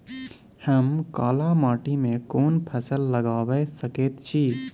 हम काला माटी में कोन फसल लगाबै सकेत छी?